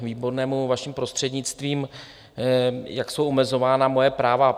Výbornému vaším prostřednictvím, jak jsou omezována moje práva.